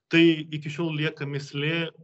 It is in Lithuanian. tai iki šiol lieka mįslė